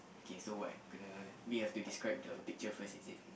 okay so what kena we have to describe the picture first is it